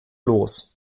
los